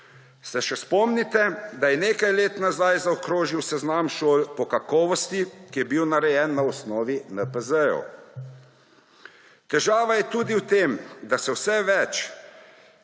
Se še spomnite, da je nekaj let nazaj zaokrožil seznam šol po kakovosti, ki je bil narejen na osnovi NPZ? Težava je tudi v tem, da se vse več